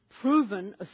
proven